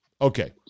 Okay